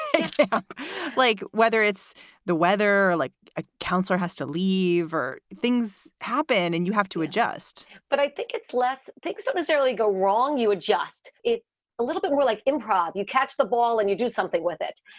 it's yeah like whether it's the weather or like a counselor has to leave or things happen and you have to adjust but i think it's less things that necessarily go wrong. you adjust it a little bit more like improv. you catch the ball and you do something with it.